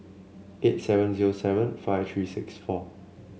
eight seven zero seven five three six four